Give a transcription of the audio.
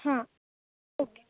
हां ओके